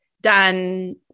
done